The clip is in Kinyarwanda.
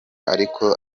ariko